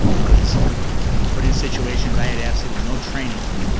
i was put in situations i had absolutely no training in,